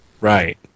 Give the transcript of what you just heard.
Right